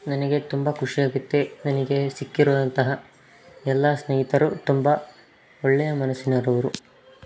ನನಗೆ ತುಂಬ ಖುಷಿ ಆಗುತ್ತೆ ನನಗೆ ಸಿಕ್ಕಿರುವಂತಹ ಎಲ್ಲ ಸ್ನೇಹಿತರು ತುಂಬ ಒಳ್ಳೆಯ ಮನಸ್ಸಿನವ್ರವ್ರು